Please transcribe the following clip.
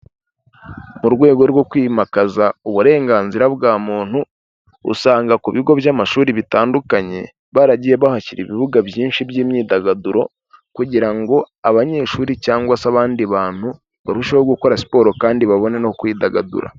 Mu rwego rwo kwimakaza uburenganzira bwa muntu usanga ku bigo by'amashuri bitandukanye baragiye bahashyira ibibuga byinshi by'imyidagaduro kugira ngo abanyeshuri cyangwa se abandi bantu barusheho gukora siporo kandi babone no kwidagadura.